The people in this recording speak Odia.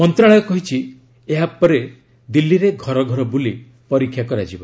ମନ୍ତ୍ରଣାଳୟ କହିଛି ଏହାପରେ ଦିଲ୍ଲୀରେ ଘରଘର ବୁଲି ପରୀକ୍ଷା କରାଯିବ